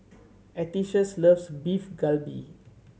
Atticus loves Beef Galbi